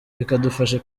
bikadufasha